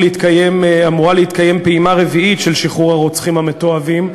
אמורה להתקיים פעימה רביעית של שחרור הרוצחים המתועבים,